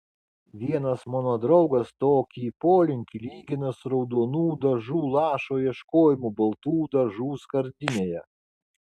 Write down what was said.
vienas mano draugas tokį polinkį lygina su raudonų dažų lašo ieškojimu baltų dažų skardinėje